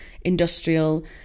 industrial